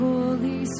Holy